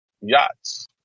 yachts